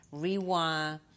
rewire